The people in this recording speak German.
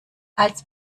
als